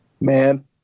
Man